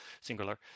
singular